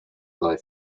fly